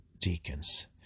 deacons